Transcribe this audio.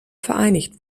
vereinigt